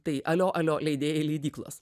tai alio alio leidėjai leidyklos